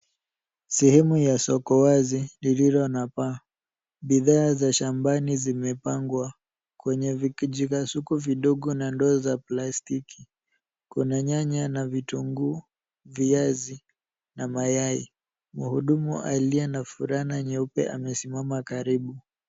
Sehemu ya soko wazi lililo na paa, bidhaa za shambani zimepangwa kwenye vikasuku vidogo na ndoo za plastiki. Kuna nyanya na vitunguu, viazi na mayai. Mhudumu aliyevaa fulana nyeupe amesimama karibu.